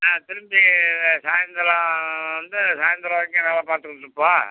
திரும்பி சாய்ந்தரம் வந்து சாய்ந்தரம் வரைக்கும் வேலை பார்த்துக்கிட்ருப்போம்